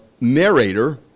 narrator